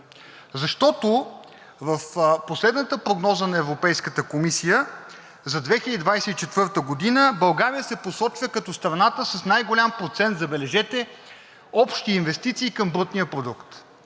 Защото в последната прогноза на Европейската комисия за 2024 г. България се посочва като страната с най-голям процент, забележете, общи инвестиции към брутния продукт.